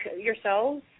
yourselves